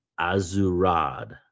Azurad